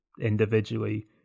individually